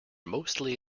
mostly